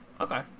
Okay